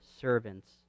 servants